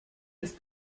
ist